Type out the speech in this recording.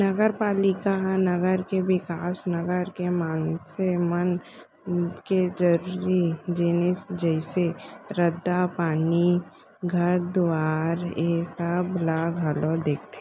नगरपालिका ह नगर के बिकास, नगर के मनसे मन के जरुरी जिनिस जइसे रद्दा, पानी, घर दुवारा ऐ सब ला घलौ देखथे